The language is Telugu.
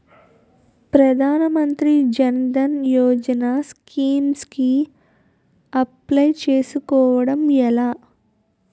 ప్రధాన మంత్రి జన్ ధన్ యోజన స్కీమ్స్ కి అప్లయ్ చేసుకోవడం ఎలా?